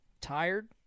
tired